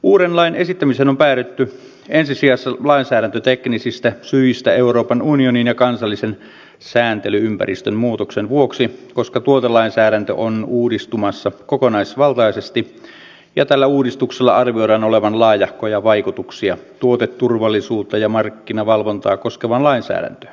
uuden lain esittämiseen on päädytty ensi sijassa lainsäädäntöteknisistä syistä euroopan unionin ja kansallisen sääntely ympäristön muutoksen vuoksi koska tuotelainsäädäntö on uudistumassa kokonaisvaltaisesti ja tällä uudistuksella arvioidaan olevan laajahkoja vaikutuksia tuoteturvallisuutta ja markkinavalvontaa koskevaan lainsäädäntöön